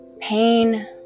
pain